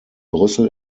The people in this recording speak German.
brüssel